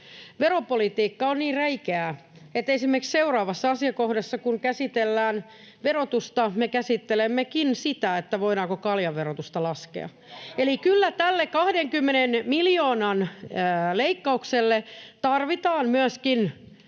Veropolitiikka on niin räikeää, että esimerkiksi seuraavassa asiakohdassa, kun käsitellään verotusta, me käsittelemmekin sitä, voidaanko kaljan verotusta laskea. Eli kyllä tälle 20 miljoonan leikkaukselle tarvitaan myöskin